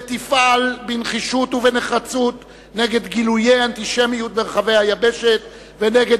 ותפעל בנחישות ובנחרצות נגד גילויי אנטישמיות ברחבי היבשת ונגד